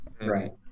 Right